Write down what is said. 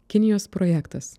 kinijos projektas